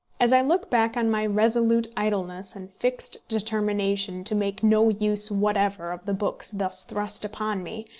as i look back on my resolute idleness and fixed determination to make no use whatever of the books thus thrust upon me,